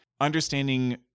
Understanding